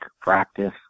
practice